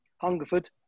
Hungerford